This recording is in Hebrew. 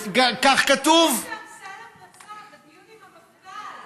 כך כתוב, זה מה שאמסלם רצה בדיון עם המפכ"ל.